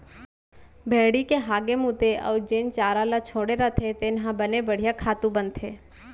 भेड़ी के हागे मूते अउ जेन चारा ल छोड़े रथें तेन ह बने बड़िहा खातू बनथे